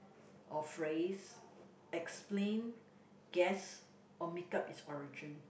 or phrase explain guess or make-up its origin